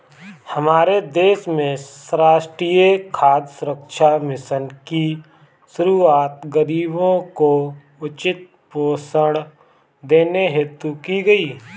हमारे देश में राष्ट्रीय खाद्य सुरक्षा मिशन की शुरुआत गरीबों को उचित पोषण देने हेतु की गई